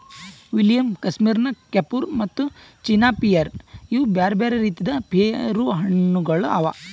William, Kashmir ನಕ್, ಕೆಫುರ್ ಮತ್ತ ಚೀನಾ ಪಿಯರ್ ಇವು ಬ್ಯಾರೆ ಬ್ಯಾರೆ ರೀತಿದ್ ಪೇರು ಹಣ್ಣ ಗೊಳ್ ಅವಾ